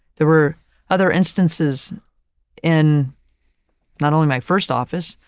there were other instances in not only my first office,